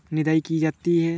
निदाई की जाती है?